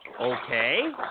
Okay